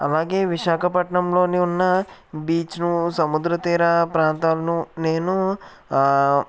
అలాగే విశాఖపట్నంలోని ఉన్న బీచ్ను సముద్రతీరా ప్రాంతాలను నేను